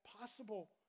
possible